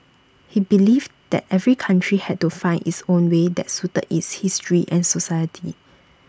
he believed that every country had to find its own way that suited its history and society